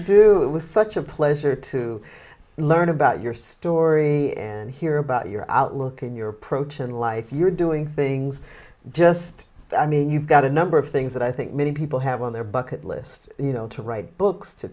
please do it was such a pleasure to learn about your story and hear about your outlook in your approach and life you're doing things just i mean you've got a number of things that i think many people have on their bucket list you know to write books to